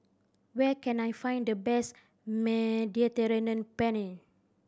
where can I find the best Mediterranean Penne